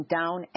down